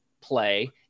play